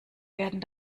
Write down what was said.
werden